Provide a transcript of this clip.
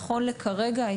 נכון לכרגע,